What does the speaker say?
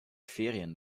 ferien